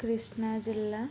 కృష్ణా జిల్లా